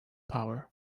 power